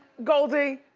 goldie,